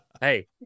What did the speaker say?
Hey